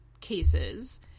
cases